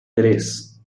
três